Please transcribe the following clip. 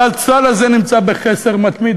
והסל הזה נמצא בחסר מתמיד.